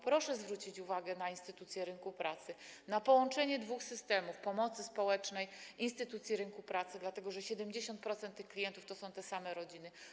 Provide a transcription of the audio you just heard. Proszę zwrócić uwagę na instytucje rynku pracy, na połączenie dwóch systemów - pomocy społecznej i instytucji rynku pracy, dlatego że 70% ich klientów to są te same rodziny.